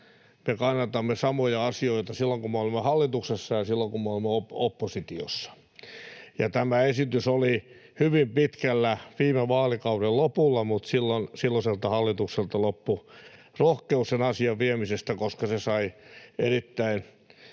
me kannatamme samoja asioita silloin, kun me olemme hallituksessa, ja silloin, kun me olemme oppositiossa. Ja tämä esitys oli hyvin pitkällä viime vaalikauden lopulla, mutta silloin silloiselta hallitukselta loppui rohkeus sen asian viemisestä, koska se sai erittäin